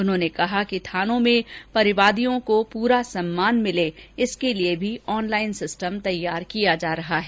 उन्होंने कहा कि थानों में फरिवादियों को पूरा सम्मान मिले इसके लिए भी ऑनलाइन सिस्टम तैयार किया जा रहा है